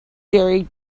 jerry